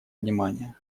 внимания